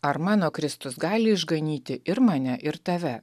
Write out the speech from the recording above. ar mano kristus gali ižganyti ir mane ir tave